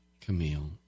Camille